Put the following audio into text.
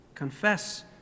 Confess